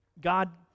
God